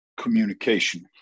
communication